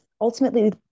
ultimately